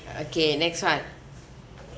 okay next one